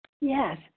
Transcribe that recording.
yes